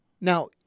Now